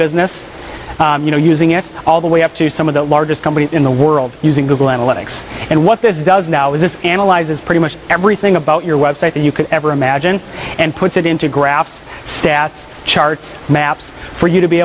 business you know using it all the way up to some of the largest companies in the world using google analytics and what this does now is this analyzes pretty much everything about your website that you could ever imagine and puts it into graphs stats charts maps for you to be